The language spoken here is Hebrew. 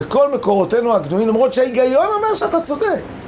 וכל מקורותינו הקדומים אומרות שההיגיון אומר שאתה צודק